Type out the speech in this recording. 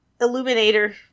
illuminator